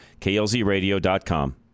klzradio.com